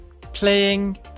playing